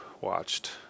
watched